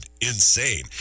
Insane